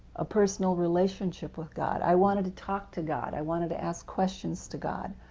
a personal relationship with god. i wanted to talk to god, i wanted to ask questions to god,